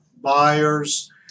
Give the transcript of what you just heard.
buyers